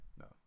No